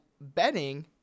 betting